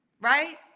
right